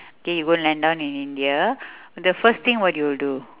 okay you go land down in india the first thing what you will do